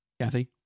Kathy